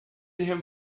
him